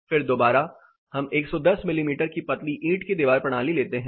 फिर दोबारा हम 110 मिमी की पतली ईंट की दीवार प्रणाली लेते हैं